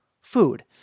food